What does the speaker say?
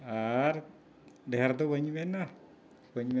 ᱟᱨ ᱰᱷᱮᱨ ᱫᱚ ᱵᱟᱹᱧ ᱢᱮᱱᱟ ᱵᱟᱹᱧ ᱢᱮᱱ